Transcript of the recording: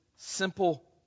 simple